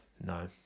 no